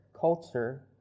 culture